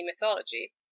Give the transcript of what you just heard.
mythology